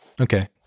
Okay